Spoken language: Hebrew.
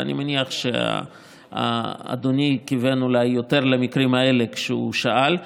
ואני מניח שאדוני כיוון אולי יותר למקרים האלה כשהוא שאל.